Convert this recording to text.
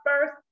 first